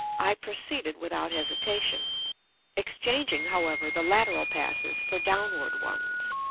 i proceeded without hesitation exchanging, however, the lateral passes for downward ones,